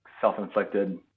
Self-inflicted